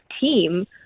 team